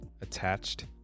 attached